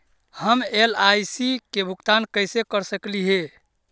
हम एल.आई.सी के भुगतान कैसे कर सकली हे?